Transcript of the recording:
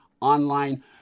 online